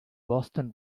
boston